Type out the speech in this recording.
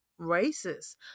racist